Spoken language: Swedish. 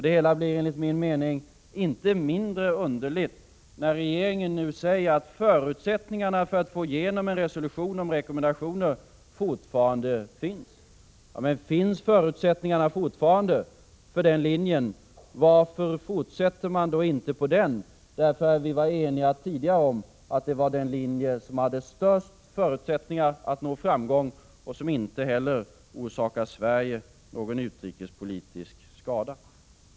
Det hela blir enligt min mening inte mindre underligt, när regeringen nu säger att förutsättningarna för att få igenom en resolution om rekommendationer fortfarande finns. Finns förutsättningarna för den linjen fortfarande — varför fortsätter man då inte på den? Vi var ju tidigare eniga om att det var den linje som hade de största förutsättningarna att nå framgång och som inte heller orsakar Sverige någon utrikespolitisk skada.